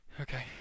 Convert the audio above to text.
Okay